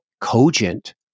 cogent